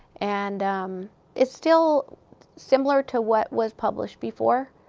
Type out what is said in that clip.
and it's still similar to what was published before,